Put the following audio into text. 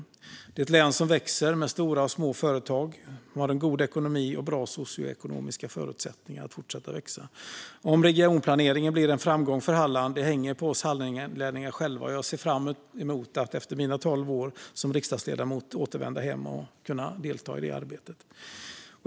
Det är ett län som växer med stora och små företag, har en god ekonomi och bra socioekonomiska förutsättningar att fortsätta att växa. Om regionplaneringen blir en framgång för Halland hänger på oss hallänningar själva. Jag ser fram emot att efter mina tolv år som riksdagsledamot återvända hem och kunna delta i det arbetet.